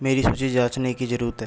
मेरी सूची जाँचने की ज़रुरत है